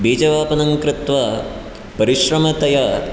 बीजवपनं कृत्वा परिश्रमतया